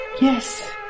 yes